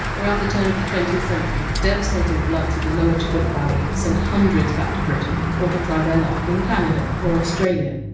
around the turn of the twentieth century, devastating floods in the lower chubut but valley sent hundreds back to britain, or to try their luck in canada or australia.